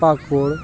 ᱯᱟᱠᱩᱲ